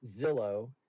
Zillow